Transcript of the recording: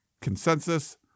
consensus